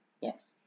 Yes